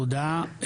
תודה.